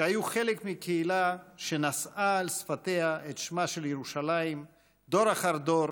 שהיו חלק מקהילה שנשאה על שפתיה את שמה של ירושלים דור אחר דור